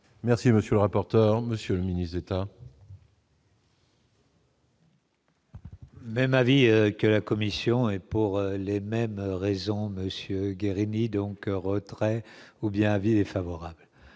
Merci, monsieur le rapporteur, monsieur le ministre d'État. Même avis que la Commission et pour les mêmes raisons, monsieur Guérini donc retrait ou bien avis favorable.